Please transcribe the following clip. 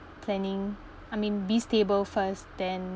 planning I mean be stable first then